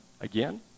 again